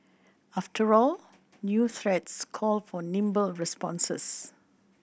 after all new threats call for nimble responses